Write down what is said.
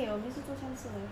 !hey! !hey! !hey!